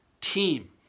team